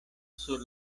sur